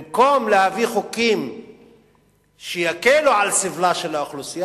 במקום להביא חוקים שיקלו על סבלה של האוכלוסייה,